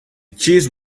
cheese